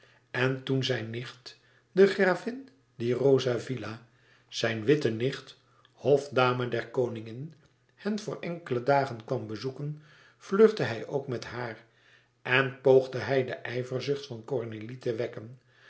en toen zijne nicht de gravin di rosavilla zijn witte nicht hofdame der koningin hen voor enkele dagen kwam bezoeken flirtte hij ook met haar en poogde hij de ijverzucht van cornélie te wekken